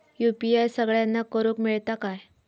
UPI सगळ्यांना करुक मेलता काय?